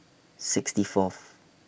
sixty Fourth